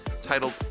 titled